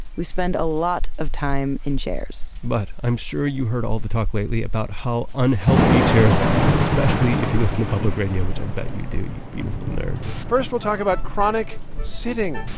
we spend a lot of time in chairs but i'm sure you heard all the talk lately about how unhealthy chairs are, especially if you listen to public radio, which i bet you do, you beautiful nerd first we'll talk about chronic sitting.